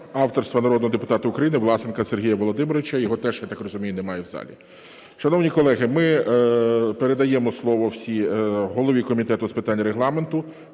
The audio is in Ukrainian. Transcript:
авторства народного депутата України Власенка Сергія Володимировича, його теж, я так розумію, немає в залі. Шановні колеги, ми передаємо слово голові Комітету з питань Регламенту,